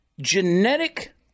genetic